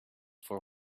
for